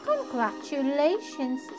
congratulations